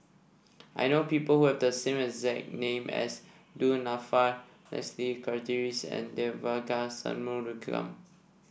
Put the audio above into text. I know people who have the name as Du Nanfa Leslie Charteris and Devagi Sanmugam